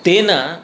तेन